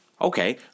Okay